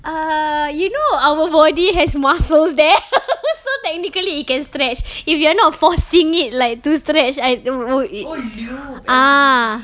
err you know our body has muscles there so technically it can stretch if you not forcing it like to stretch a~ o~ o~ it ah